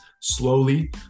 slowly